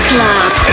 Club